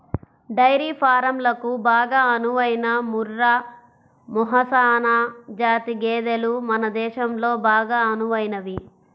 dairy ఫారంలకు బాగా అనువైన ముర్రా, మెహసనా జాతి గేదెలు మన దేశంలో బాగా అనువైనవి